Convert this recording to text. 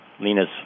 Lena's